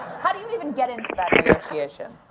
how do you even get into that negotiation?